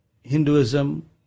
Hinduism